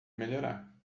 melhorar